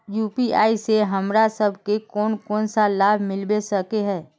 UPI से हमरा सब के कोन कोन सा लाभ मिलबे सके है?